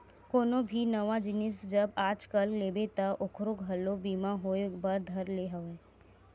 कोनो भी नवा जिनिस जब आजकल लेबे ता ओखरो घलो बीमा होय बर धर ले हवय